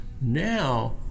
now